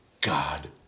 God